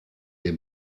des